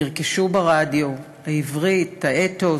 נרכשו ברדיו: העברית, האתוס,